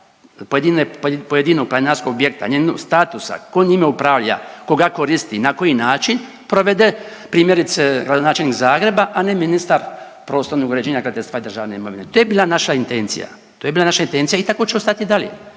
pojedinog planinarskog objekta … statusa, ko njime upravlja, koga koristi, na koji način provede primjerice gradonačelnik Zagreba, a ne ministar prostornog uređenja, graditeljstva i državne imovine. To je bila naša intencija, to je bila naša intencija i tako že ostati i dalje.